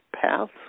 paths